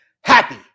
happy